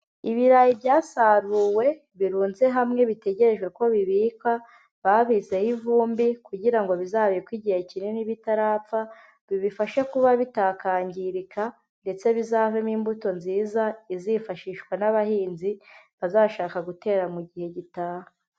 Ibirayi byasaruwe birunze hamwe bitegereje ko bibikwa, babizeho ivumbi kugira ngo bizabikwe igihe kinini bitarapfa, bibafashe kuba bitakangirika, ndetse bizabemo imbuto nziza izifashishwa n'abahinzi, bazashaka gutera mu gihe gitaha.